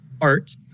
art